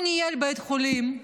הוא ניהל בית חולים,